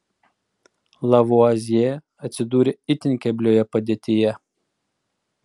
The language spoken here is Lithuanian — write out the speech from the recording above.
lavuazjė atsidūrė itin keblioje padėtyje